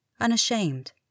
unashamed